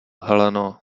heleno